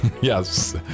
Yes